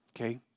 Okay